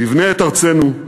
נבנה את ארצנו,